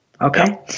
Okay